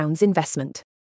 investment